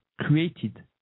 created